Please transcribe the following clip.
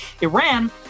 Iran